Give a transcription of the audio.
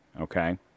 Okay